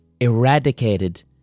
eradicated